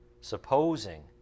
supposing